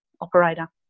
operator